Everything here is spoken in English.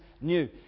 new